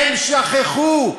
הם שכחו,